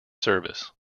service